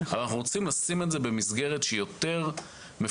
אנחנו רוצים לשים את זה במסגרת יותר מפוקחת,